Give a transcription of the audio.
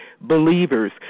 believers